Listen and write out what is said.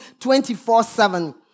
24-7